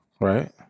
right